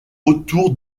autour